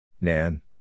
Nan